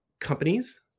companies